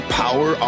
power